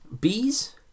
Bees